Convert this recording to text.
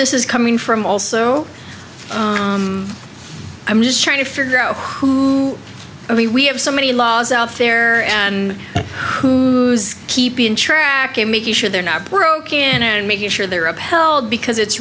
this is coming from also i'm just trying to figure out who i mean we have so many laws out there and who's keeping track and making sure they're not broke in and making sure they're upheld because it's